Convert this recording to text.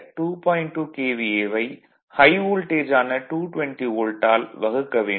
2 KVA வை high voltage ஆன 220 வோல்ட்டால் வகுக்க வேண்டும்